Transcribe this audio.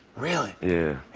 really? yeah.